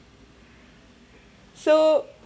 so